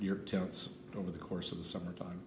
your tents over the course of the summertime